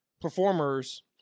performers